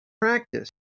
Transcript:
practice